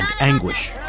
anguish